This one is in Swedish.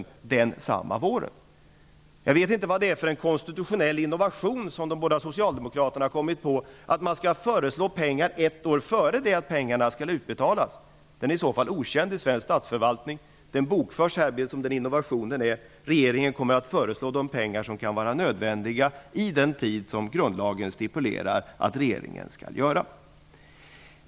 Socialdemokraterna vill tydligen föreslå en konstitutionell innovation, att pengar skall anslås ett år innan de skall utbetalas. Det är en i svensk statsförvaltning okänd ordning. Jag noterar den som den innovation det är fråga om. Regeringen kommer i den tid som grundlagen stipulerar att föreslå de pengar som kommer att bli nödvändiga.